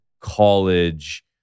college